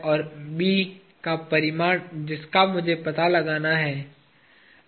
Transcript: और B का परिमाण जिसका मुझे पता लगाना है